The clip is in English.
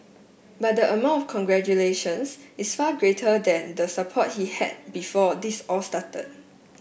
but the amount of congratulations is far greater than the support he had before this all started